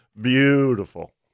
Beautiful